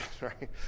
right